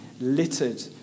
littered